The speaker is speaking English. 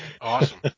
Awesome